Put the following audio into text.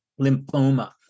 lymphoma